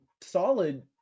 solid